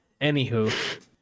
Anywho